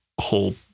whole